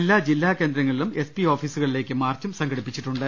എല്ലാ ജില്ലാകേന്ദ്രങ്ങളിലും S P ഓഫീസുകളിലേക്ക് മാർച്ചും സംഘടിപ്പിച്ചിട്ടുണ്ട്